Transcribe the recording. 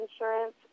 insurance